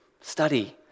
study